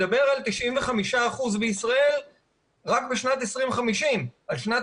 מדבר על 95 אחוזים בישראל רק בשנת 2050. על שנת